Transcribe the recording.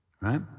right